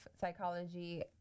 psychology